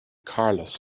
carlos